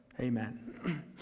amen